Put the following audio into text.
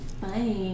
Bye